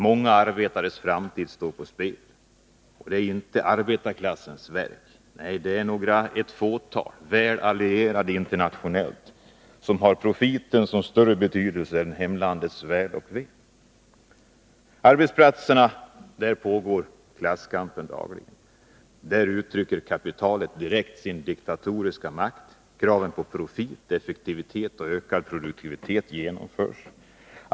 Många arbetares framtid står på spel. Och det är inte arbetarklassens verk, nej, det är ett fåtal — väl allierade internationellt — som Nr 43 har profiten som större intresse än hemlandets väl och ve. Onsdagen den På arbetsplatserna pågår klasskampen dagligen. Där uttrycker kapitalet 8 december 1982 direkt sin diktatoriska makt. Kraven på profit, effektivitet och ökad produktivitet genomförs.